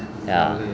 小累